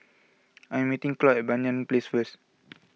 I am meeting Cloyd at Banyan Place first